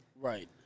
Right